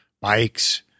bikes